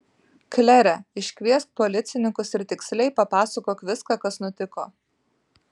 klere iškviesk policininkus ir tiksliai papasakok viską kas nutiko